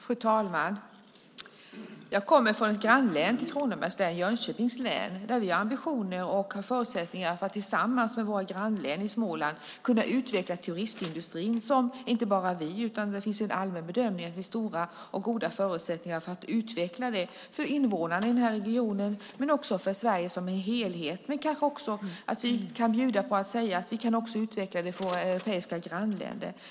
Fru talman! Jag kommer från ett grannlän till Kronobergs län, nämligen Jönköpings län. Där har vi ambitioner och förutsättningar för att tillsammans med våra grannlän i Småland kunna utveckla turistindustrin. Det finns en allmän bedömning att det finns stora och goda förutsättningar för att utveckla den för invånarna i den här regionen och för Sverige som helhet, och vi kan kanske också bjuda på att utveckla den för våra europeiska grannländer.